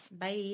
Bye